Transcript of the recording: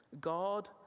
God